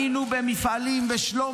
בשבוע שעבר היינו במפעלים בשלומי,